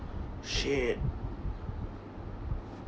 shit